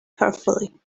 carefully